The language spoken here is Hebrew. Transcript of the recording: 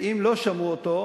ואם לא שמעו אותו,